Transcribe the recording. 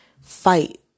fight